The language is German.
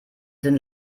sind